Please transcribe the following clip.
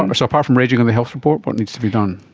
um so apart from raging on the health report, what needs to be done?